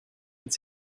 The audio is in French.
une